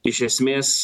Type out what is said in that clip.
iš esmės